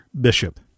Bishop